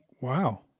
Wow